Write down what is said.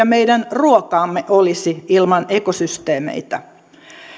meidän ruokaamme olisi ilman ekosysteemeitä